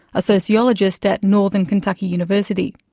a sociologist at northern kentucky university.